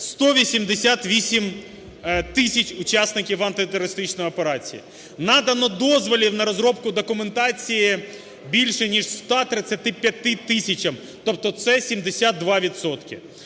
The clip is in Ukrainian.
188 тисяч учасників антитерористичної операції. Надано дозволів на розробку документації більше ніж 135 тисячам, тобто це 72